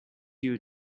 you